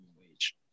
wage